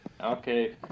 okay